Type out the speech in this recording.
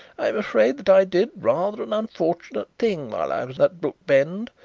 i am afraid that i did rather an unfortunate thing while i was at brookbend.